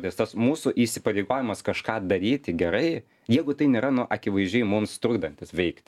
visas mūsų įsipareigojimas kažką daryti gerai jeigu tai nėra nu akivaizdžiai mums trukdantis veikti